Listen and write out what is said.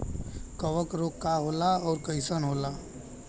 कवक रोग का होला अउर कईसन होला?